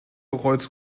rolls